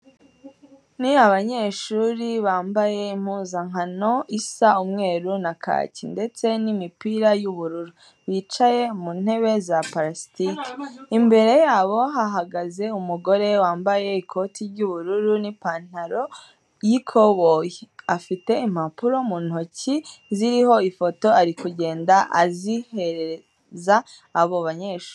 Ni abanyeshuri bambaye impuzankano isa umweru na kake ndetse n'imipira y'ubururu, bicaye mu ntebe za parasitike. Imbere yabo hahagaze umugore wambaye ikote ry'ubururu n'ipantaro y'ikoboyi, afite impapuro mu ntoki ziriho ifoto, ari kugenda azihereza abo banyeshuri.